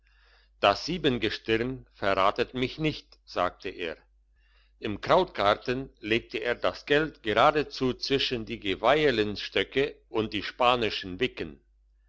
das siebengestirn verratet mich nicht sagte er im krautgarten legte er das geld geradezu zwischen die gelveieleinstöcke und die spanischen wicken